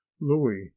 louis